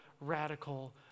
radical